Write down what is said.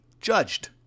judged